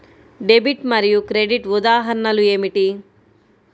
Debit మరియు credit ఉదాహరణలు ఏమిటీ?